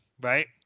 right